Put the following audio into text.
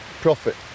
profit